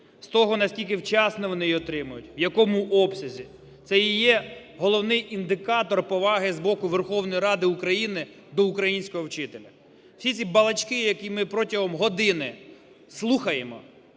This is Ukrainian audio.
з того, наскільки вчасно вони її отримають, в якому обсязі. Це і є головний індикатор поваги з боку Верховної Ради України до українського вчителя. Всі ці балачки, які ми протягом години слухаємо,